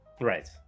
Right